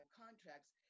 contracts